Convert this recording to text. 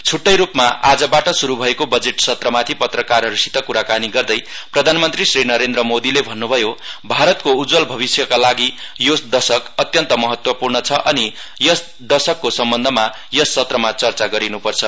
छट्टैरूपमा आजबाट श्रू भएको बजेट सत्रमाथि पत्रकारहरूसित क्राकानी गर्दै प्रधानमन्त्री श्री नरेन्द्र मोदीले भन्न्भयो भारतको उज्वल भविष्यका लागि यो दशक अत्यन्त महत्त्वपूर्ण छ अनि यस दशकको सम्बन्धमा यस सत्रमा चर्चा गरिनुपर्छ